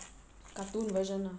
mm